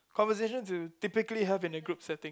conversations you typically have in a group setting